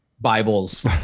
bibles